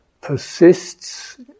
persists